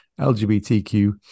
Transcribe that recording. LGBTQ